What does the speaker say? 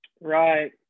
Right